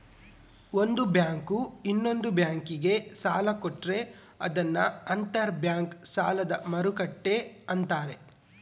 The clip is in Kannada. ಒಂದು ಬ್ಯಾಂಕು ಇನ್ನೊಂದ್ ಬ್ಯಾಂಕಿಗೆ ಸಾಲ ಕೊಟ್ರೆ ಅದನ್ನ ಅಂತರ್ ಬ್ಯಾಂಕ್ ಸಾಲದ ಮರುಕ್ಕಟ್ಟೆ ಅಂತಾರೆ